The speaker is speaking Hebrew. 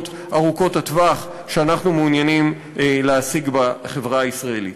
ארוכות הטווח שאנחנו מעוניינים להשיג בחברה הישראלית.